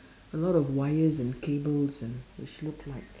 a lot of wires and cables and which looked like